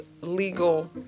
legal